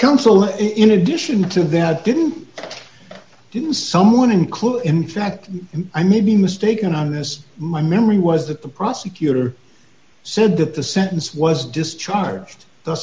counsel in addition to that didn't d someone include in fact i may be mistaken on this my memory was that the prosecutor said that the sentence was discharged